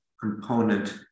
component